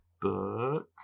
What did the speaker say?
book